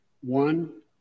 One